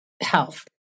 health